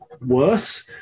worse